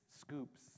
scoops